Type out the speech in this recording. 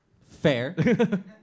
Fair